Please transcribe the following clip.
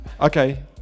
Okay